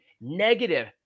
negative